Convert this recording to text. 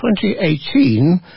2018